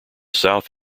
south